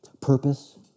purpose